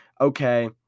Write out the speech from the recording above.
okay